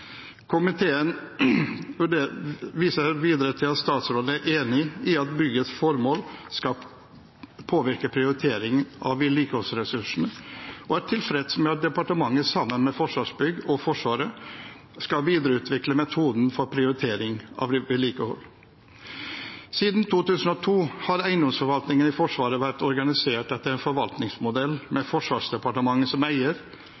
Komiteen viser videre til at statsråden er enig i at byggets formål skal påvirke prioriteringen av vedlikeholdsressursene, og er tilfreds med at departementet sammen med Forsvarsbygg og Forsvaret skal videreutvikle metoden for prioritering av vedlikehold. Siden 2002 har eiendomsforvaltningen i Forsvaret vært organisert etter en forvaltningsmodell med Forsvarsdepartementet som eier,